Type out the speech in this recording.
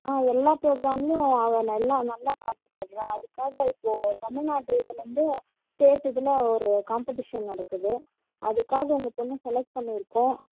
ஆ எல்லா ப்ரோக்ராம்லேயும் அவள் நல்லா நல்லா பாட்டு பாடுகிறா அதுக்காக இப்போது தமிழ்நாடு இதில் இருந்து ஸ்டேட் இதில் ஒரு காம்ப்படீஷன் நடக்குது அதுக்காக உங்கள் பொண்ணை செலக்ட் பண்ணியிருக்கோம்